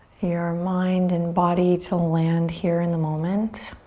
your mind and body to land here in the moment.